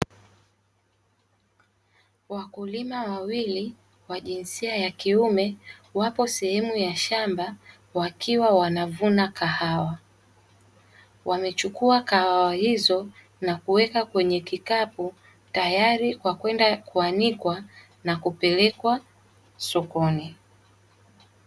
Wakulima wawili wa jinsia ya kiume wapo sehemu ya shamba wakiwa wanavuna kahawa. Wamechukua kahawa hizo na kuweka kwenye kikapu, tayari kwa kwenda kuanikwa na kupelekwa sokoni.